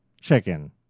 chicken